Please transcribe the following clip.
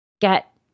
get